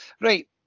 Right